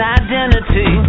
identity